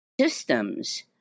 systems